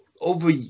over